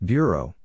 Bureau